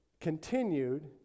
continued